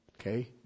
Okay